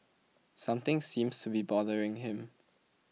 something seems to be bothering him